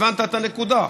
הבנת את הנקודה?